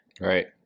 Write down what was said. Right